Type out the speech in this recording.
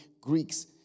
Greeks